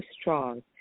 strong